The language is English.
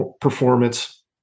performance